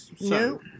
No